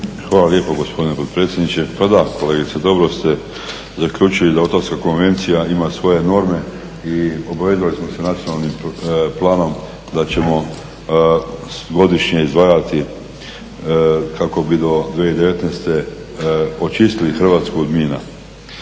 Hvala lijepo gospodine potpredsjedniče. Pa da, kolegice, dobro ste zaključili da … konvencija ima svoje norme i obvezali smo se Nacionalnim planom da ćemo godišnje izdvajati kako bi do 2019. očistili Hrvatsku od mina.